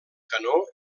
canó